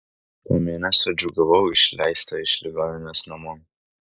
po mėnesio džiūgavau išleista iš ligoninės namo